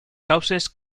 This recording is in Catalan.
causes